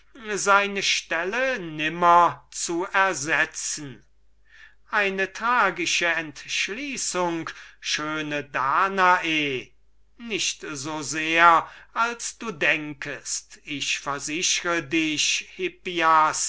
seine stelle nimmer zu ersetzen das ist eine tragische entschließung schöne danae nicht so sehr als du denkest ich versichre dich hippias